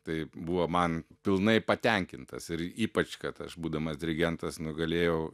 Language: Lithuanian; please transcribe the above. tai buvo man pilnai patenkintas ir ypač kad aš būdamas dirigentas nu galėjau